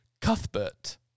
Cuthbert